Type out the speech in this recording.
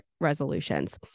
resolutions